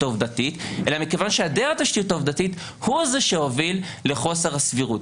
העובדתית אלא מכיוון שהיעדר תשתית עובדתית הוא זה שהוביל לחוסר הסבירות.